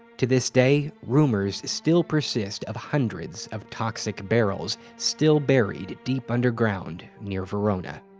to this day, rumors still persist of hundreds of toxic barrels still buried deep underground near verona.